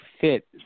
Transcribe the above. fit